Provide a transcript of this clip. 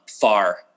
far